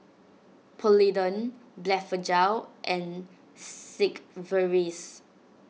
Polident Blephagel and Sigvaris